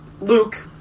Luke